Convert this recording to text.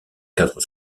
cadre